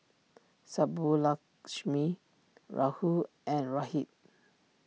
Subbulakshmi Rahul and Rohit